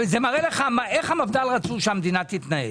זה מראה לך איך המפד"ל רצו שהמדינה תתנהל